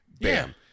Bam